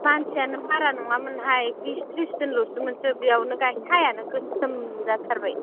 मानसियानो बारा नङामोनहाय बिस त्रिसजोनल'सोमोन बेयावनो गाइखेर सायानो गोसोम जाथारबाय